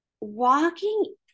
walking